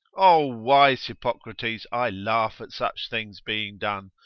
o wise hippocrates, i laugh at such things being done,